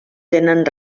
tenen